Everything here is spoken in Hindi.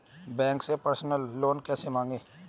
बैंक से पर्सनल लोन कैसे मांगें?